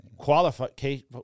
qualification